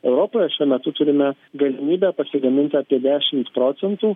europoje šiuo metu turime galimybę pasigamint apie dešimt procentų